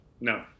No